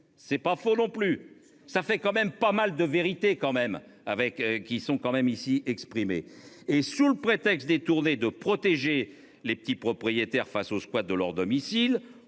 C'est pas faux non plus, ça fait quand même pas mal de vérité quand même avec qui sont quand même ici exprimer et sous le prétexte tournées de protéger les petits propriétaires face au squat de leur domicile